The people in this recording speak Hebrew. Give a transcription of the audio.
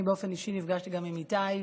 אני באופן אישי נפגשתי גם עם איתי,